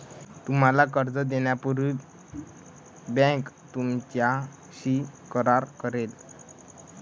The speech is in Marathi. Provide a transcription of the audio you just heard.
तुम्हाला कर्ज देण्यापूर्वी बँक तुमच्याशी करार करेल